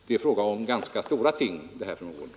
Det är alltså fråga om ganska stora ting här, fru Mogård.